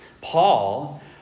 Paul